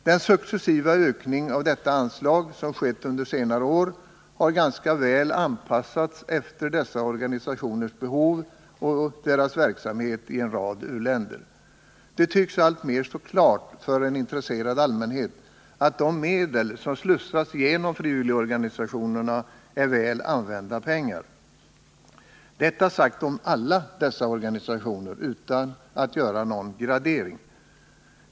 Den successiva ökning av detta anslag som skett under senare år har ganska väl anpassats efter de aktuella organisationernas behov och verksamhet i en rad u-länder. Det tycks alltmer stå klart för en intresserad allmänhet att de medel som slussas genom frivilligorganisationerna är väl använda pengar. Detta sagt om alla dessa organisationer och utan att jag därmed gör någon gradering.